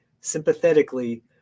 sympathetically